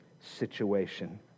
situation